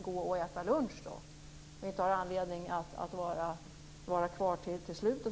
Vi har ingen anledning att vara kvar till slutet.